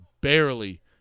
barely